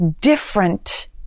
different